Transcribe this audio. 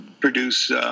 produce—